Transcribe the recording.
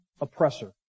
oppressor